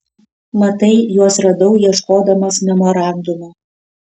matai juos radau ieškodamas memorandumo